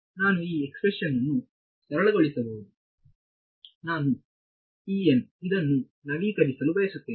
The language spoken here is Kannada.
ನಾನು ಈ ಎಕ್ಸ್ಪ್ರೆಶನ್ ಅನ್ನು ಸರಳಗೊಳಿಸಬಹುದು ನಾನು ಇದನ್ನು ನವೀಕರಿಸಲು ಬಯಸುತ್ತೇನೆ